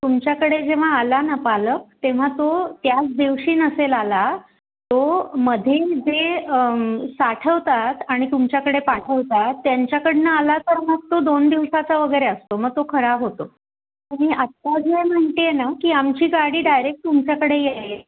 तुमच्याकडे जेव्हा आला ना पालक तेव्हा तो त्याच दिवशी नसेल आला तो मध्ये जे साठवतात आणि तुमच्याकडे पाठवतात त्यांच्याकडनं आला तर मग तो दोन दिवसाचा वगैरे असतो मग तो खराब होतो आणि आता जे म्हणते आहे ना की आमची गाडी डायरेक तुमच्याकडे याय